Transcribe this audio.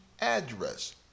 address